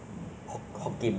我觉得看不错 ah